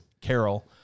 Carol